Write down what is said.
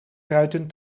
ruiten